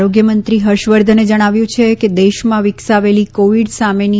આરોગ્ય મંત્રી હર્ષવર્ધને જણાવ્યું છે કે દેશમાં વિકસાવેલી ક્રોવિડ સામેની